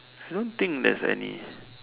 I don't think there's any